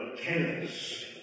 tennis